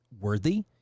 worthy